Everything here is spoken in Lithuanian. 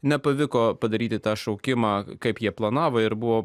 nepavyko padaryti tą šaukimą kaip jie planavo ir buvo